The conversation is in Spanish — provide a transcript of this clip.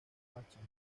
máximo